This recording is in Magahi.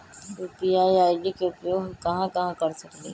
यू.पी.आई आई.डी के उपयोग हम कहां कहां कर सकली ह?